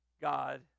God